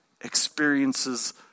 experiences